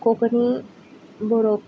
कोंकणी बरोवपा